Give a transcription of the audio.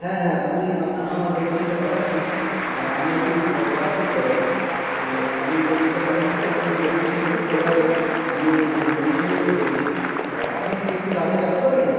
হ্যাঁ হ্যাঁ আমি আপনার আমার লোকেশনটা পাঠাচ্ছি আমি একটু পার্ক স্ট্রিট যাব তো আমি এই লোকেশনটা পাঠিয়ে দিচ্ছি আপনি এই লোকেশন দেখে চলে আসুন আমি লোকেশনেই ওয়েট করছি আপনি কি একটু তাড়াতাড়ি আসতে পারবেন